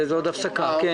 אתה יכול, נעשה הפסקה בשבילך.